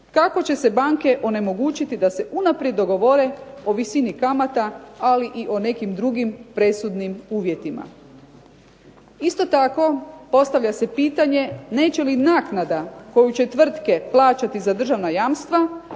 kako će se banke onemogućiti da se unaprijed dogovore o visini kamata, ali i o nekim drugim presudnim uvjetima. Isto tako postavlja se pitanje, neće li naknada koju će tvrtke plaćati za državna jamstva,